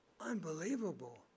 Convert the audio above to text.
unbelievable